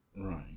Right